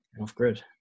off-grid